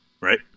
Right